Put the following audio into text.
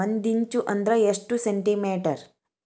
ಒಂದಿಂಚು ಅಂದ್ರ ಎಷ್ಟು ಸೆಂಟಿಮೇಟರ್?